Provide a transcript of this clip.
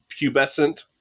pubescent